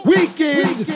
Weekend